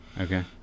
Okay